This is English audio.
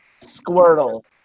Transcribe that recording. Squirtle